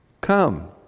Come